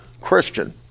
Christian